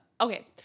okay